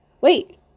wait